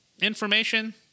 information